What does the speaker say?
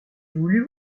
voulu